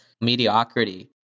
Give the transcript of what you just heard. mediocrity